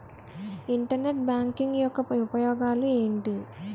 Internet banking యెక్క ఉపయోగాలు ఎంటి?